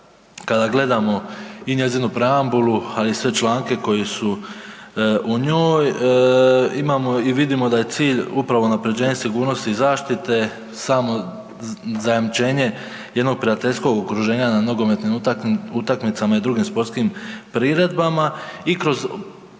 kada gledamo i njezinu preambulu, ali i sve članke koji su u njoj, imamo i vidimo da je cilj upravo unaprjeđenje sigurnosti i zaštite samo zajamčenje jednog prijateljskog okruženja na nogometnim utakmicama i drugim sportskim priredbama. I kroz